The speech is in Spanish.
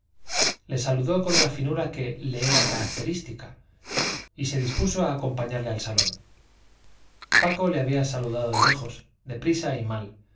le saludó con la finura que le era característica y se dispuso a acompañarle al salón paco le había saludado de lejos deprisa y mal